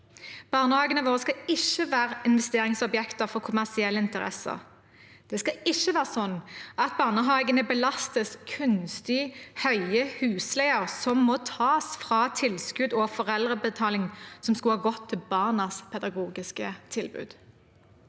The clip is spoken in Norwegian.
Barnehagene våre skal ikke være investeringsobjekter for kommersielle interesser. Det skal ikke være sånn at barnehagene belastes kunstig høye husleier som må tas fra tilskudd og foreldrebetaling som skulle gått til barnas pedagogiske tilbud.